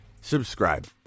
Subscribe